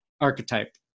archetype